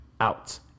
out